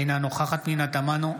אינה נוכחת פנינה תמנו,